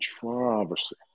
Controversy